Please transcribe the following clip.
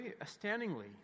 astoundingly